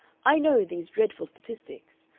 i know these dreadful statistics.